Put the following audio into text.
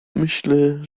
myślę